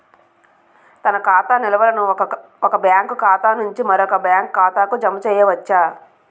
తన ఖాతా నిల్వలను ఒక బ్యాంకు ఖాతా నుంచి మరో బ్యాంక్ ఖాతాకు జమ చేయవచ్చు